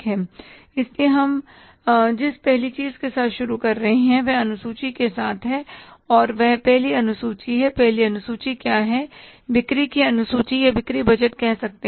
इसलिए हम जिस पहली चीज के साथ शुरू कर रहे हैं वह अनुसूची के साथ है और वह पहली अनुसूची है पहली अनुसूची क्या है बिक्री की अनुसूची या बिक्री बजट कह सकते हैं